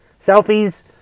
Selfies